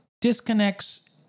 disconnects